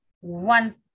one